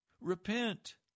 Repent